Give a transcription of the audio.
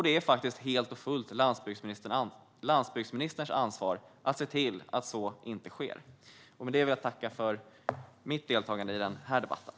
Det är helt och fullt landsbygdsministerns ansvar att se till att så inte sker. Med det vill jag tacka för mitt deltagande i den här debatten.